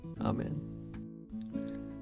Amen